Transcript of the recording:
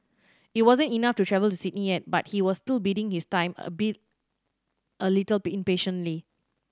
it wasn't enough to travel to Sydney yet but he was still biding his time albeit a little impatiently